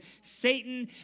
Satan